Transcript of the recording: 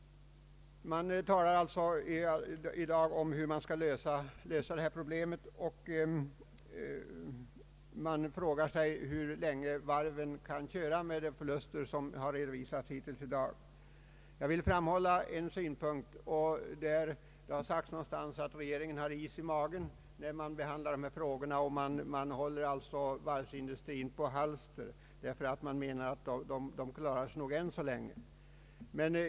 Det talas i dag mycket om hur varvsindustrins problem skall lösas, och man frågar sig hur länge varven kan fortsätta sin drift med de förluster som redovisas i dag. Det har sagts att regeringen har is i magen när den behandlar dessa frågor. Den håller varvsindustrin på halster och menar att man klarar sig än så länge.